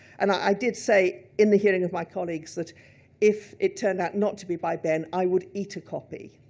and i did say, in the hearing of my colleagues, that if it turned out not to be by behn, i would eat a copy.